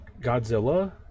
Godzilla